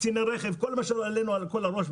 קציני רכב כל מה שהעלינו בראש,